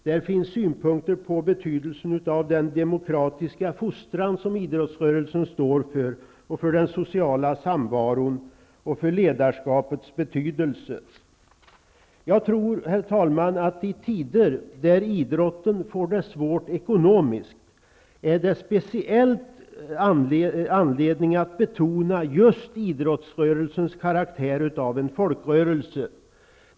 Där finns synpunkter på betydelsen av den demokratiska fostran som idrottsrörelsen står för, på den sociala samvaron och på ledarskapets betydelse. Jag tror, herr talman, att det i tider då idrotten får det svårt ekonomiskt är speciellt angeläget att betona just idrottsrörelsens karaktär av folkrörelse.